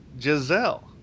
Giselle